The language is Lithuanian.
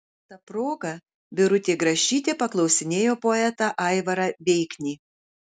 ta proga birutė grašytė paklausinėjo poetą aivarą veiknį